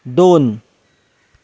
दोन